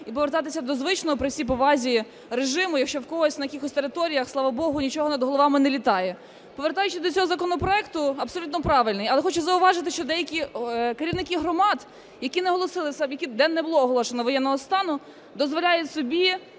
і повертатися до звичного, при всій повазі, режиму, якщо в когось на якихось територіях, слава богу, нічого над головами не літає. Повертаючись до цього законопроекту, абсолютно правильний. Але я хочу зауважити, що деякі керівники громад, які наголосили, де не було оголошено воєнного стану, дозволяють собі